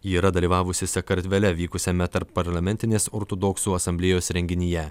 ji yra dalyvavusi sakartvele vykusiame tarpparlamentinės ortodoksų asamblėjos renginyje